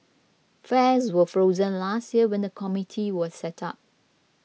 fares were frozen last year when the committee was set up